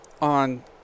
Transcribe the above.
...on